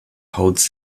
holds